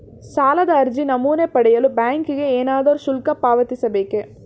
ಸಾಲದ ಅರ್ಜಿ ನಮೂನೆ ಪಡೆಯಲು ಬ್ಯಾಂಕಿಗೆ ಏನಾದರೂ ಶುಲ್ಕ ಪಾವತಿಸಬೇಕೇ?